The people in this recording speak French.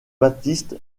baptiste